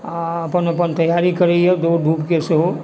आओर अपन अपन तैयारी करैए दौड़धुपके सेहो